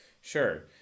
Sure